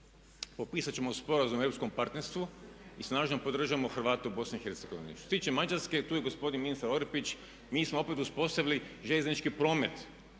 potpisat ćemo Sporazum o europskom partnerstvu i snažno podržavamo Hrvate u BiH. Što se tiče Mađarske tu je gospodin ministar Orepić mi smo opet uspostavili željeznički promet